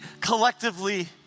collectively